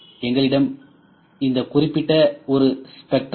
எங்களிடம் இந்த குறிப்பிட்ட ஒரு ஸ்பெக்ட்ரம் சி